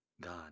God